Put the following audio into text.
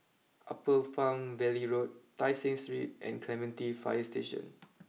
Upper Palm Valley Road Tai Seng Street and Clementi fire Station